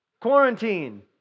Quarantine